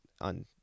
on